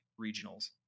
regionals